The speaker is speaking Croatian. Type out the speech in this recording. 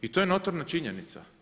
I to je notorna činjenica.